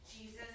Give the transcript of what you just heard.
Jesus